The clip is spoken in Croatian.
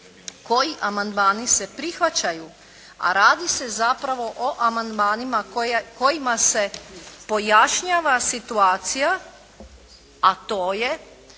koji amandmani se prihvaćaju, a radi se zapravo o amandmanima kojima se pojašnjava situacija, a to je